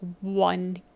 one